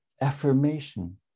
affirmation